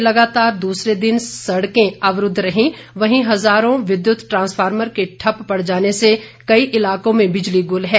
राज्य में लगातार दूसरे दिन सैंकड़ों सड़कें अवरुद्ध रही वहीं हजारों विद्युत ट्रांसफार्मर के ठप पड़ जाने से कई इलाकों में बिजली गुल है